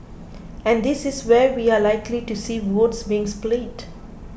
and this is where we are likely to see votes being split